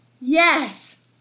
Yes